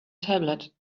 tablet